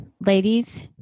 ladies